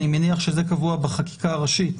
אני מניח שזה קבוע בחקיקה הראשית,